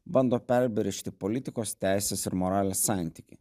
bando perbrėžti politikos teisės ir moralės santykį